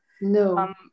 No